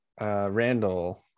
Randall